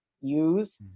use